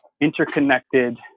interconnected